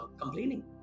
complaining